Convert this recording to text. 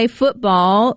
football